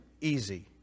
easy